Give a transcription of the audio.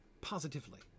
positively